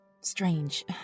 strange